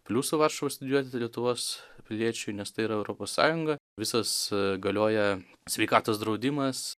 pliusų varšuvoj studijuoti lietuvos piliečiui nes tai yra europos sąjunga visas galioja sveikatos draudimas